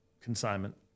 consignment